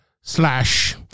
slash